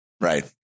right